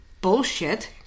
bullshit